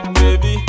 baby